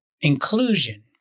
inclusion